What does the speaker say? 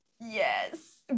Yes